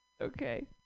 Okay